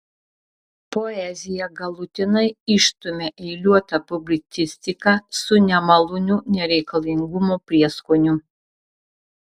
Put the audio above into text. poeziją galutinai išstumia eiliuota publicistika su nemaloniu nereikalingumo prieskoniu